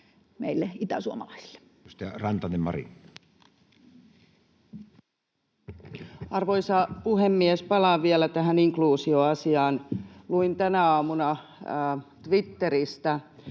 vuodelle 2023 Time: 11:18 Content: Arvoisa puhemies! Palaan vielä tähän inkluusioasiaan. Luin tänä aamuna Twitteristä